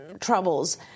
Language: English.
troubles